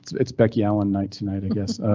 it's becky allen nineteen. i guess